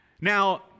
Now